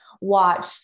watch